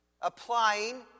Applying